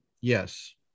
Yes